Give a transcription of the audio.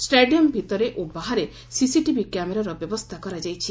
stadium ଭିତରେ ଓ ବାହାରେ ସିସିଟିଭି କ୍ୟାମେରାର ବ୍ୟବସ୍ଗୁ କରାଯାଇଛି